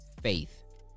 faith